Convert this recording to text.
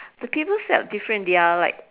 the people felt different they're like